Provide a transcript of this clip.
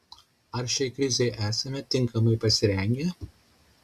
ar šiai krizei esame tinkamai pasirengę